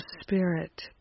spirit